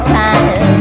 time